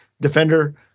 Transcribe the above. defender